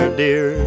dear